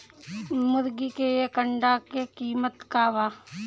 मुर्गी के एक अंडा के कीमत का बा?